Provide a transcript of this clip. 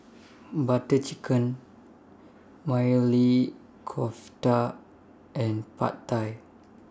Butter Chicken Maili Kofta and Pad Thai